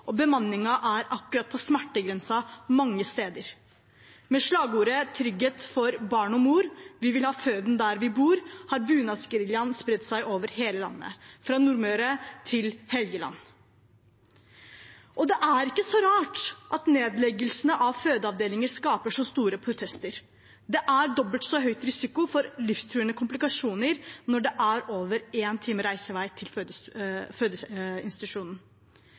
og bemanningen er akkurat på smertegrensen mange steder. Med slagordet «Trygghet for barn og mor, vi vil ha føden der vi bor» har bunadsgeriljaen spredt seg over hele landet, fra Nordmøre til Helgeland. Og det er ikke så rart at nedleggelse av fødeavdelinger skaper så store protester. Det er dobbelt så høy risiko for livstruende komplikasjoner når det er over én times reisevei til